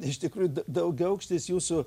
iš tikrųjų daugiaaukštis jūsų